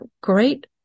great